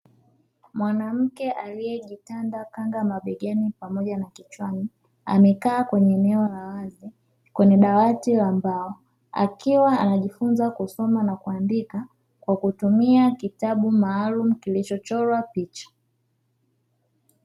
Mwanamke aliyejitanda kanga mabegani pamoja na kichwani, amekaa kwenye eneo la wazi kwenye dawati la mbao, akiwa anajifunza kusoma na kuandika kwa kutumia kitabu maalumu kilichochorwa picha.